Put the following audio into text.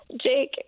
Jake